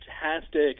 fantastic